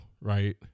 right